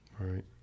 Right